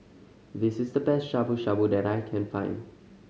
this is the best Shabu Shabu that I can find